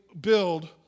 build